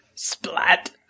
splat